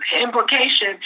implication